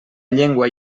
llengua